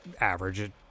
average